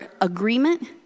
agreement